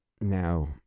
Now